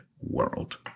world